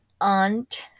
aunt